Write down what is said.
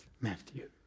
Matthew